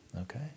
Okay